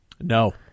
no